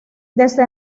desde